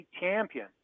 champion